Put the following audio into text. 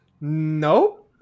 No